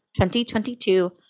2022